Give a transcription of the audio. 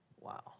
Wow